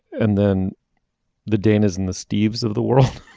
and then the dangers and the steves of the world